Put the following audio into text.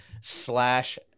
slash